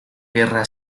guerra